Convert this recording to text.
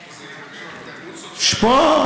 הוא,